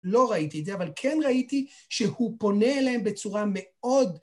לא ראיתי את זה, אבל כן ראיתי שהוא פונה אליהם בצורה מאוד...